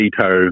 veto